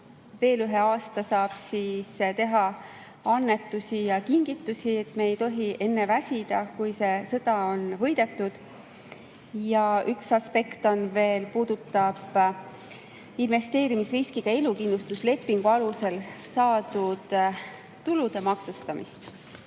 veel ühe aasta saab teha annetusi ja kingitusi. Me ei tohi enne väsida, kui see sõda on võidetud. Ja üks aspekt on veel, see puudutab investeerimisriskiga elukindlustuslepingu alusel saadud tulude maksustamist.